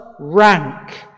Rank